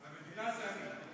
המדינה זה אני.